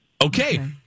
Okay